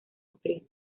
actriz